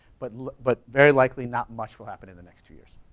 but but very likely not much will happen in the next two years.